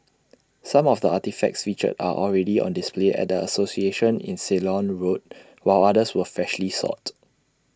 some of the artefacts featured are already on display at the association in Ceylon road while others were freshly sought